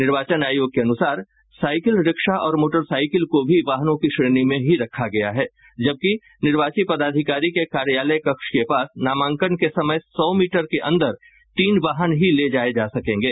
निर्वाचन आयोग के अनुसार साइकिल रिक्शा और मोटरसाइकिल को भी वाहनों की श्रेणी में ही रखा गया है जबकि निर्वाची पदाधिकारी के कार्यालय कक्ष के पास नामांकन के समय सौ मीटर के अंदर तीन वाहन ही ले जाये जा सकेंगे